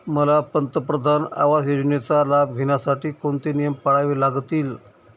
मला पंतप्रधान आवास योजनेचा लाभ घेण्यासाठी कोणते नियम पाळावे लागतील?